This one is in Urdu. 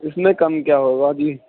اِس میں کم کیا ہوگا ابھی